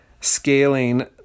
scaling